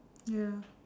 ya